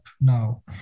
now